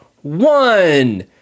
One